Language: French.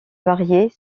variées